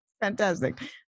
Fantastic